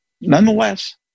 nonetheless